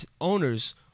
owners